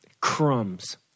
crumbs